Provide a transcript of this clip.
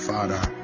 Father